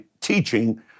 teaching